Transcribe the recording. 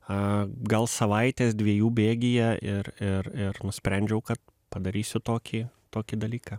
a gal savaitės dviejų bėgyje ir ir ir nusprendžiau kad padarysiu tokį tokį dalyką